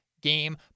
game